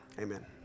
Amen